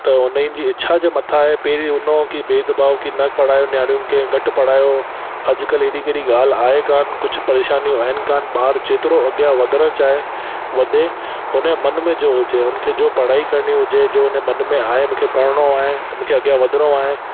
त उन्हनि जी इछा जे मथां आहे पहिरीं हूंदो हुओ की भेद भाव न पढ़ायो नियाणियुनि खे घटि पढ़ायो व अॼुकल्ह अहिड़ी कहिड़ी ॻाल्हि आहे कोन कुझु परेशानियूं आहिनि कोन ॿारु जेतिरो अॻियां वधण चाहे वधे हुन ए मन में जेको हुजे हुन खे पढ़ाई करणी हुजे जो हुन जे मन में आहे मूंखे पढ़िणो आहे ऐं मूंखे अॻियां वधिणो आहे